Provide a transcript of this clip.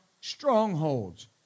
strongholds